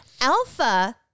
Alpha